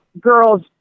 girls